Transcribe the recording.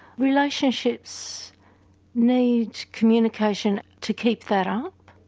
relationships need communication to keep that up.